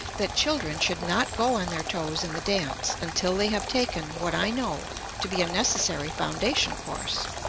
that children should not go on their toes in the dance until they have taken what i know to be a necessary foundation course,